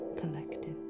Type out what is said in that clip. collective